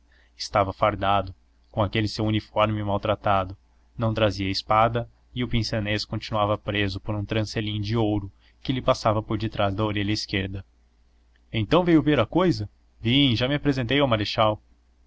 estava fardado com aquele seu uniforme maltratado não trazia espada e o pince-nez continuava preso por um trancelim de ouro que lhe passava por detrás da orelha esquerda então veio ver a cousa vim já me apresentei ao marechal